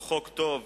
הוא חוק טוב